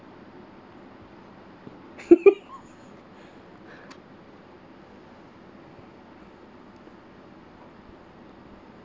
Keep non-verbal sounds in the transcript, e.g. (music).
(laughs)